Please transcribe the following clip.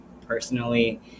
personally